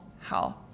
health